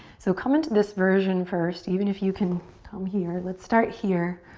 so come into this version first, even if you can come here, let's start here.